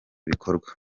bikorwa